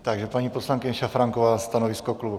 Takže paní poslankyně Šafránková, stanovisko klubu.